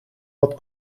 dat